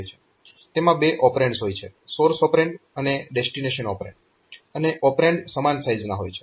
તેમાં બે ઓપરેન્ડસ હોય છે સોર્સ ઓપરેન્ડ અને ડેસ્ટીનેશન ઓપરેન્ડ અને ઓપરેન્ડ સમાન સાઈઝના હોય છે